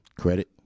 Credit